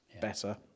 better